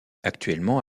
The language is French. actuellement